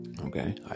okay